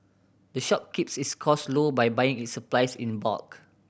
the shop keeps its cost low by buying its supplies in bulk